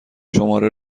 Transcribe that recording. شماره